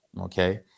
Okay